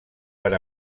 per